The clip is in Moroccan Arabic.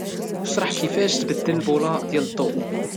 شرح كيفاش تبدل البولة ديال الضو.